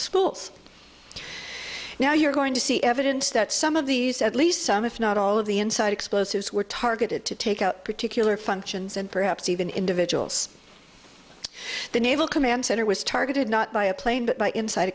schools now you're going to see evidence that some of these at least some if not all of the inside explosives were targeted to take out particular functions and perhaps even individuals the naval command center was targeted not by a plane but by inside